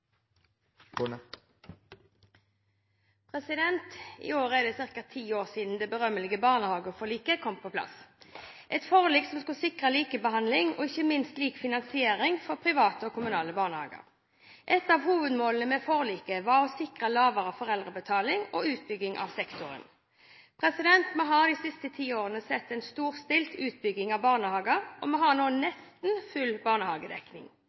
vedtatt. I år det ca. ti år siden det berømmelige barnehageforliket kom på plass – et forlik som skulle sikre likebehandling og ikke minst lik finansiering for private og kommunale barnehager. Et av hovedmålene med forliket var å sikre lavere foreldrebetaling og utbygging av sektoren. Vi har de siste ti årene sett en storstilt utbygging av barnehager, og vi har nå nesten full